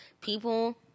people